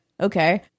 Okay